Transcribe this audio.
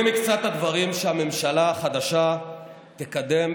הינה מקצת הדברים שהממשלה החדשה תקדם,